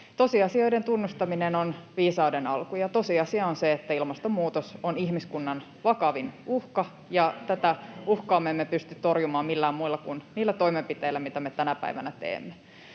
Tosiasioiden tunnustaminen on viisauden alku, ja tosiasia on se, että ilmastonmuutos on ihmiskunnan vakavin uhka, [Juha Mäenpään välihuuto] ja tätä uhkaa me emme pysty torjumaan millään muilla kuin niillä toimenpiteillä, mitä me tänä päivänä teemme.